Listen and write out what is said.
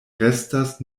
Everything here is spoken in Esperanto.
restas